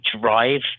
drive